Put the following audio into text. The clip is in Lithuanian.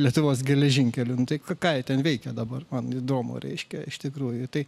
lietuvos geležinkelių nu tai ką jie ten veikia dabar man įdomu reiškia iš tikrųjų tai